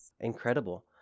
Incredible